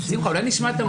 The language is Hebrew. שמחה, אולי נשמע את המומחים.